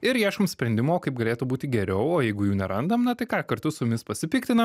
ir ieškom sprendimo kaip galėtų būti geriau o jeigu jų nerandam tai ką kartu su jumis pasipiktinam